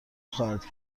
خواهد